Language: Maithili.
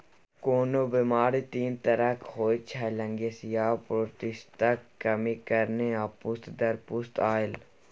कोनो बेमारी तीन तरहक होइत छै लसेंगियाह, पौष्टिकक कमी कारणेँ आ पुस्त दर पुस्त आएल